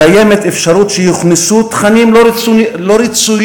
קיימת אפשרות שיוכנסו תכנים לא רצויים,